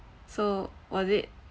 so was it